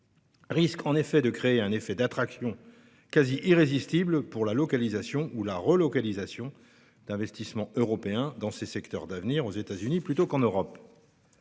risque de créer un effet d'attraction quasi irrésistible pour la localisation ou la relocalisation d'investissements européens dans ces secteurs d'avenir aux États-Unis plutôt qu'en Europe.